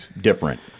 different